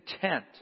content